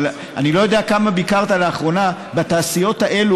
אבל אני לא יודע כמה ביקרת לאחרונה בתעשיות האלה,